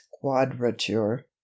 quadrature